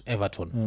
Everton